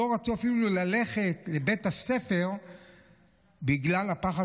לא רצו אפילו ללכת לבית הספר בגלל הפחד